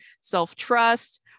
self-trust